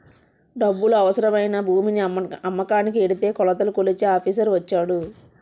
డబ్బులు అవసరమై నా భూమిని అమ్మకానికి ఎడితే కొలతలు కొలిచే ఆఫీసర్ వచ్చాడు